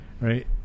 Right